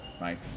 right